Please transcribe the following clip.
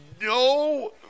no